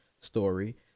story